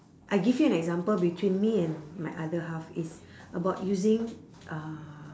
I give you an example between me and my other half it's about using uh